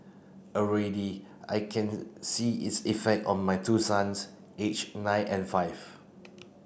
already I can see its effect on my two sons aged nine and five